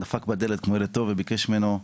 הוא דפק בדלת כמו ילד טוב, וביקש ממנו: